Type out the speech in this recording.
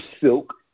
silk